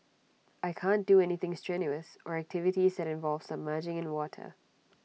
I can't do anything strenuous or activities that involve submerging in water